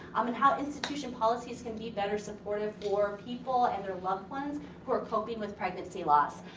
um and how institution policies can be better supportive for people and their loved ones who are coping with pregnancy loss?